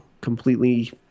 completely